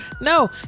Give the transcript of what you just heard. No